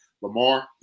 Lamar